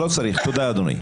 תודה אדוני.